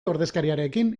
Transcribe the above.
ordezkariarekin